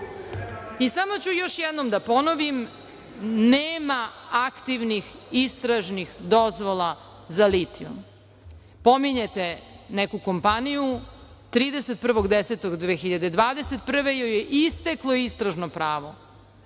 ću još jednom da ponovim – nema aktivnih istražnih dozvola za litijum. Pominjete neku kompaniju, 31. oktobra 2021. godine joj je isteklo istražno pravo.